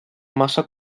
massa